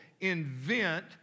invent